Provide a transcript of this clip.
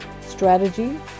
strategy